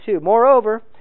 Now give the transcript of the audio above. Moreover